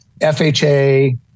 FHA